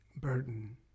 burden